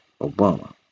Obama